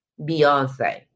Beyonce